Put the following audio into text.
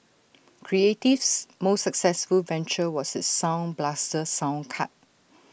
creative's most successful venture was its sound blaster sound card